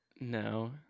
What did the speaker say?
No